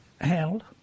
handled